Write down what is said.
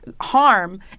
harm